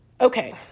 Okay